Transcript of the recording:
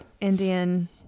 Indian